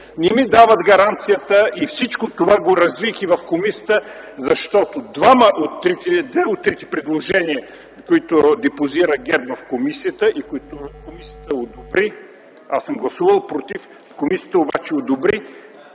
Не ми дават гаранцията. Всичко това развих и в комисията, защото две от трите предложения, които ГЕРБ депозира в комисията и които комисията одобри (аз съм гласувал против, но комисията ги одобри),